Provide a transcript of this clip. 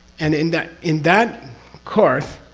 and in that. in that course,